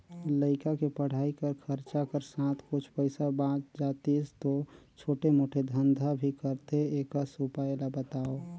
लइका के पढ़ाई कर खरचा कर साथ कुछ पईसा बाच जातिस तो छोटे मोटे धंधा भी करते एकस उपाय ला बताव?